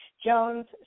Jones